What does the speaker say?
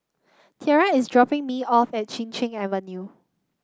Tiara is dropping me off at Chin Cheng Avenue